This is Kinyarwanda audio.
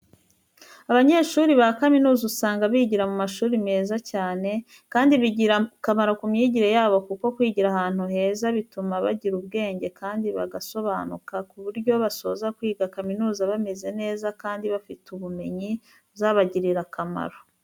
Abanyeshuri ba kaminuza usanga bigira mu mashuri meza cyane, kandi bigira akamaro ku myigire yabo kuko kwigira ahantu heza bituma bagira ubwenge kandi bagasobanuka ku buryo basoza kwiga kaminuza bameze neza kandi bafite ubumenyi, buzabagirira akamaro.